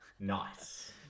Nice